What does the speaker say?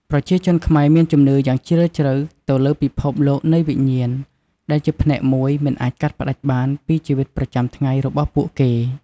ប្រជាជនខ្មែរមានជំនឿយ៉ាងជ្រាលជ្រៅទៅលើពិភពលោកនៃវិញ្ញាណ ដែលជាផ្នែកមួយមិនអាចកាត់ផ្ដាច់បានពីជីវិតប្រចាំថ្ងៃរបស់ពួកគេ។